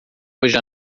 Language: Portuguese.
hoje